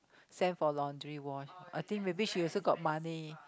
sent for laundry wash I think maybe she also got money